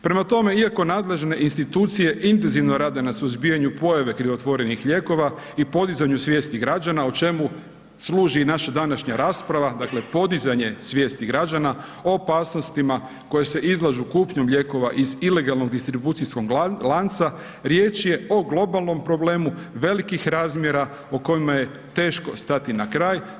Prema tome, iako nadležne institucije intenzivno rade na suzbijanju pojave krivotvorenih lijekova i podizanju svijesti građana, o čemu služi i naša današnja rasprava, dakle podizanje svijeti građana o opasnosti kojima se izlažu kupnjom lijekova iz ilegalnog distribucijskog lanca, riječ je o globalnom problemu velikih razmjera o kojima je teško stati na kraj.